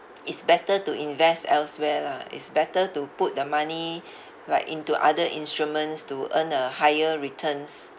it's better to invest elsewhere lah it's better to put the money like into other instruments to earn a higher returns